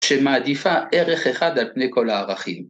שמעדיפה ערך אחד על פני כל הערכים.